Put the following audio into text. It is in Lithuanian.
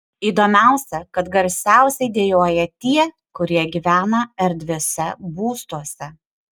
įdomiausia kad garsiausiai dejuoja tie kurie gyvena erdviuose būstuose